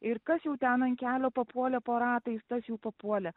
ir kas jau ten ant kelio papuolė po ratais tas jau papuolė